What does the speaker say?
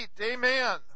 Amen